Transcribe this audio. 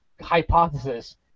hypothesis